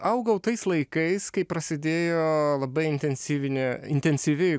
augau tais laikais kai prasidėjo labai intensyvinė intensyvi